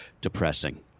depressing